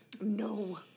No